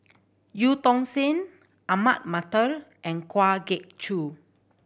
Eu Tong Sen Ahmad Mattar and Kwa Geok Choo